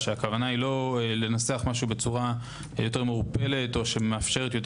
שהכוונה היא לא לנסח משהו בצורה יותר מעורפלת או שמאפשרת יותר